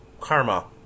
karma